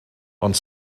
ond